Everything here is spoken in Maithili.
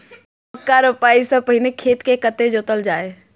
मक्का रोपाइ सँ पहिने खेत केँ कतेक जोतल जाए?